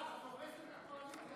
מירב, את הורסת את הקואליציה.